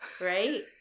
right